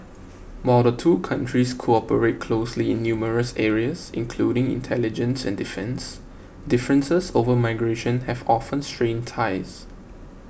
while the two countries cooperate closely in numerous areas including intelligence and defence differences over migration have often strained ties